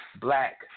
Black